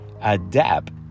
Adapt